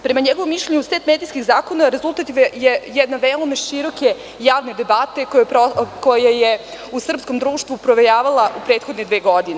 Prema njegovom mišljenju set medijskih zakona rezultat je jedne veoma široke javne debate koja je u srpskom društvu provejavala u prethodne dve godine.